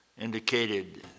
indicated